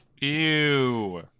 Ew